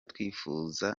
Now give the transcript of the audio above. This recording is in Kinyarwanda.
twifuza